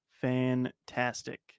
fantastic